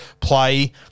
Play